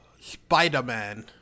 Spider-Man